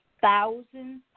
Thousands